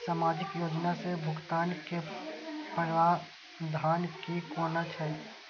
सामाजिक योजना से भुगतान के प्रावधान की कोना छै?